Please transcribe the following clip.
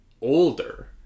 older